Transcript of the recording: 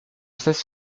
cesse